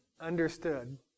understood